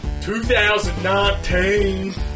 2019